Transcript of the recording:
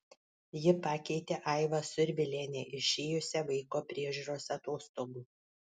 ji pakeitė aivą survilienę išėjusią vaiko priežiūros atostogų